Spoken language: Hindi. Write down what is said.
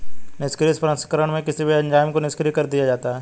निष्क्रिय प्रसंस्करण में किसी भी एंजाइम को निष्क्रिय कर दिया जाता है